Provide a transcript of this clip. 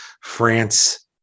France